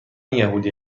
یهودی